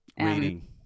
Reading